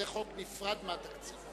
זה חוק נפרד מהתקציב.